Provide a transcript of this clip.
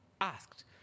asked